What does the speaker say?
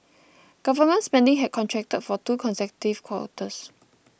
government spending had contracted for two consecutive quarters